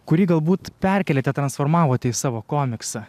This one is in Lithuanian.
kurį galbūt perkėlėte transformavote į savo komiksą